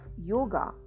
yoga